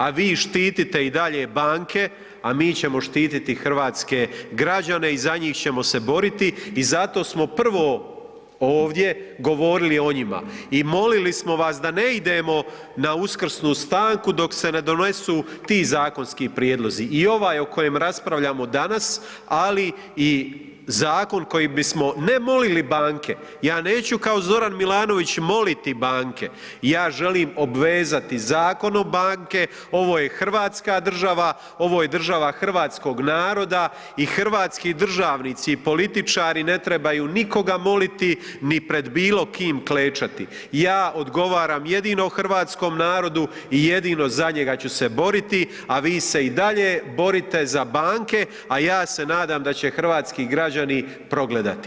A vi štitite i dalje banke, a mi ćemo štititi hrvatske građane i za njih ćemo se boriti i zato smo prvo ovdje govorili o njima i molili smo vas da ne idemo na uskrsnu stanku dok se ne donesu ti zakonski prijedlozi, i ovaj o kojem raspravljamo danas, ali i zakon koji bismo, ne molili banke, ja neću kao Zoran Milanović moliti banke, ja želim obvezati zakonom banke, ovo je hrvatska država, ovo je država hrvatskog naroda i hrvatski državnici i političari ne trebaju nikoga moliti ni pred bilo kim klečati, ja odgovaram jedino hrvatskom narodu i jedino za njega ću se boriti, a vi se i dalje borite za banke, a ja se nadam da će hrvatski građani progledati.